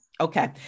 Okay